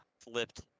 flipped